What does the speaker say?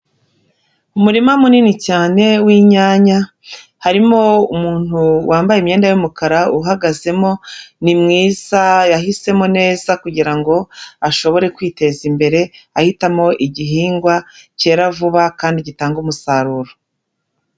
Umurima munini cyane w'inyanya, harimo umuntu wambaye imyenda y'umukara uhagazemo, ni mwiza, yahisemo neza kugira ngo ashobore kwiteza imbere, ahitamo igihingwa, cyera vuba kandi gitanga umusaruro.